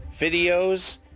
videos